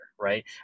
Right